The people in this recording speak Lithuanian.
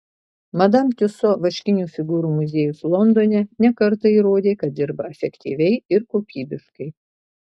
madam tiuso vaškinių figūrų muziejus londone ne kartą įrodė kad dirba efektyviai ir kokybiškai